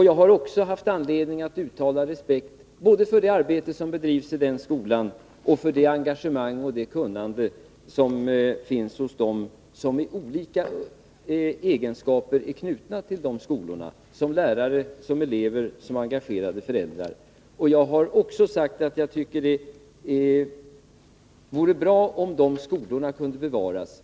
Jag har också haft anledning att uttala respekt både för det arbete som bedrivs i dessa skolor och för det engagemang och det kunnande som finns hos dem som i olika egenskaper är knutna till skolorna — som lärare, som elever eller som föräldrar. Jag har vidare sagt att jag tycker att det vore bra om skolorna kunde bevaras.